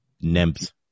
nymphs